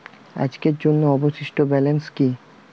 আজকের জন্য অবশিষ্ট ব্যালেন্স কি?